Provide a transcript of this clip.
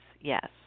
Yes